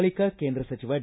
ಬಳಿಕ ಕೇಂದ್ರ ಸಚಿವ ಡಿ